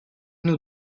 nous